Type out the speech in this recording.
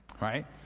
Right